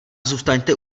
zůstaňte